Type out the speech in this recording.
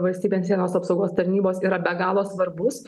valstybės sienos apsaugos tarnybos yra be galo svarbus